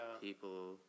people